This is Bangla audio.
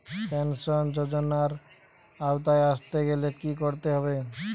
পেনশন যজোনার আওতায় আসতে গেলে কি করতে হবে?